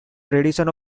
tradition